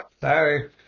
sorry